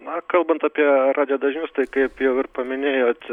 na kalbant apie radijo dažnius tai kaip jau ir paminėjot